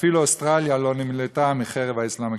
אפילו אוסטרליה לא נמלטה מחרב האסלאם הקיצוני.